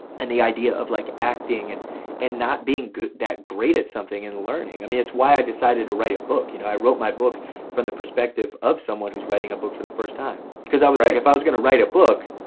and the idea of like acting and and not being that great at something and learning. i mean it's why i decided to right a book, you know. i wrote my book from the perspective of someone who's writing a book for the first time. cause i was like, if i was gonna write a book,